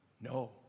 No